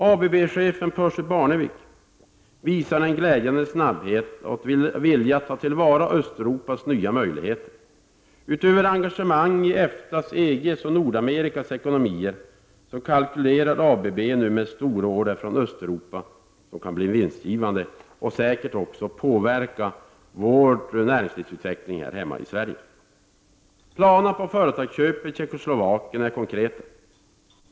ABB-chefen Percy Barnevik visar en glädjande snabbhet och vilja att ta till vara Östeuropas nya möjligheter. Utöver engagemang i EFTA:s, EG:s och Nordamerikas ekonomier kalkylerar ABB nu med nya stororder från Östeuropa som kan bli mycket vinstgivande och som säkert kan påverka näringslivets utveckling i Sverige. Planerna på företagsköp i Tjeckoslovakien är konkreta.